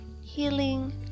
healing